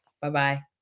Bye-bye